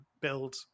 build